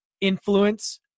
influence